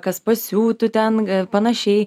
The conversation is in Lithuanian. kad pasiūtų ten panašiai